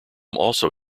also